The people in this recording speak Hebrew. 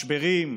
משברים,